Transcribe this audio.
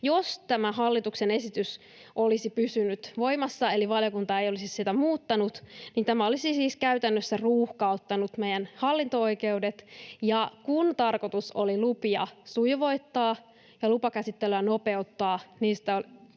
tämä hallituksen esitys olisi pysynyt voimassa eli valiokunta ei olisi sitä muuttanut, tämä olisi siis käytännössä ruuhkauttanut meidän hallinto-oikeudet, ja kun tarkoitus oli lupia sujuvoittaa ja lupakäsittelyä nopeuttaa,